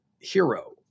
hero